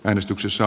äänestyksessä